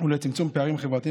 ולצמצום פערים חברתיים,